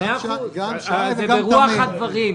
זה גם רוח הדברים.